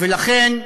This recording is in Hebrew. ולכן,